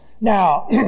now